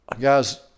Guys